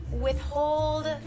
withhold